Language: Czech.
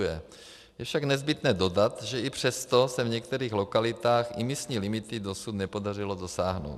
Je však nezbytné dodat, že i přesto se v některých lokalitách imisní limity dosud nepodařilo dosáhnout.